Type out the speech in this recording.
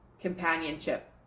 companionship